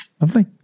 Lovely